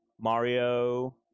Mario